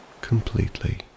completely